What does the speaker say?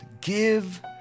Give